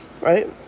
Right